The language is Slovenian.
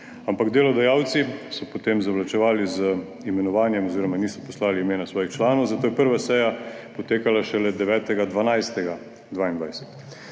ampak delodajalci so potem zavlačevali z imenovanjem oziroma niso poslali imena svojih članov, zato je prva seja potekala šele 9. 12. 2022.